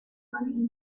money